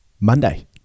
Monday